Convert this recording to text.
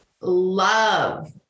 love